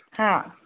ꯍꯥ